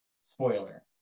spoiler